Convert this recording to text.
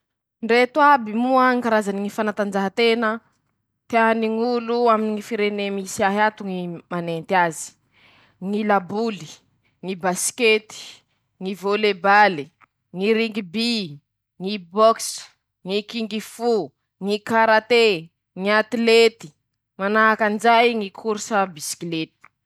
Ndreto aby moa ñy karazany ñy fanatanjahan-tena teany ñ'olo aminy ñy firene misy ahy ato ñy manenty azy :-ñy laboly.-ñy basikety.-ñy volet bally. -ñy rungby. -ñy box. -ñy kingifo.-ñy karate.-ñy atlety.-Manahaky anizay ñy korsa bisikilety.